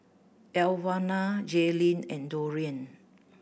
Elwanda Jayleen and Dorian